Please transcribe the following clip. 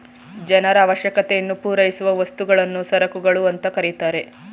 ಜನರ ಅವಶ್ಯಕತೆಯನ್ನು ಪೂರೈಸುವ ವಸ್ತುಗಳನ್ನು ಸರಕುಗಳು ಅಂತ ಕರೆತರೆ